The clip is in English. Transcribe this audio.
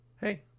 Hey